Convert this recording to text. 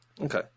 okay